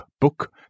book